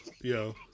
yo